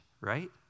right